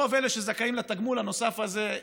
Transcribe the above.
רוב אלה שזכאים לתגמול הנוסף הזה,